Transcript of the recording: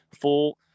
full